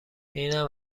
اینم